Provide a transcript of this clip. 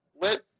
Let